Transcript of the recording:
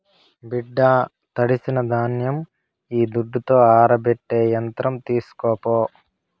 బిడ్డా తడిసిన ధాన్యం ఈ దుడ్డుతో ఆరబెట్టే యంత్రం తీస్కోపో